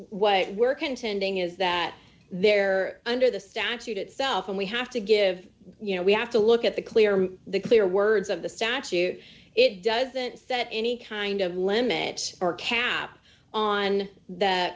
what we're contending is that they're under the statute itself and we have to give you know we have to look at the clear the clear words of the statute it doesn't set any kind of limits or cab on that